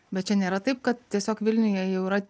bet čia nėra taip kad tiesiog vilniuje jau yra